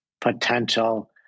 potential